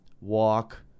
walk